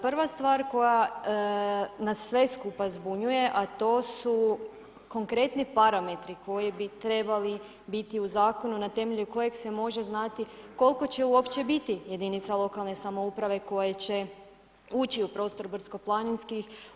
Prva stvar koja nas sve skupa zbunjuje a to su konkretni parametri koji bi trebali biti u zakonu na temelju kojeg se može znati koliko će uopće biti jedinica lokalne samouprave koje će ući u prostor brdsko-planinski.